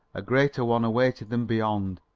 a greater one awaited them beyond,